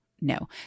No